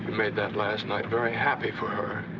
made that last night very happy for her.